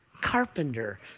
carpenter